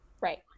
Right